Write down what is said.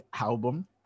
album